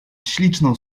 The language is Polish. śliczną